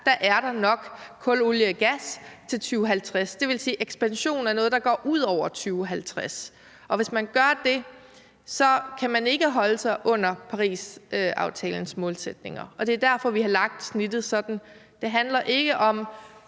er der nok kul, olie og gas til 2050. Det vil sige, at ekspansion er noget, der går ud over 2050. Og hvis man gør det, kan man ikke holde sig under Parisaftalens målsætninger, og det er derfor, vi har lagt snittet sådan. Det handler ikke om